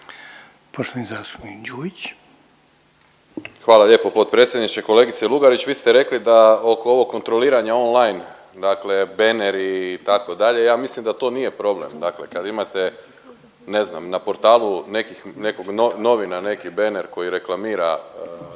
Saša (SDP)** Hvala lijepo potpredsjedniče. Kolegice Lugarić vi ste rekli da oko ovog kontroliranja on-line, dakle bener itd. ja mislim da to nije problem. Dakle, kad imate ne znam na portalu nekog novi bener koji reklamira